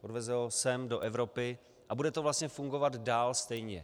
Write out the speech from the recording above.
Odveze ho sem do Evropy a bude to vlastně fungovat dál stejně.